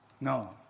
No